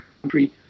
country